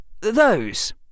those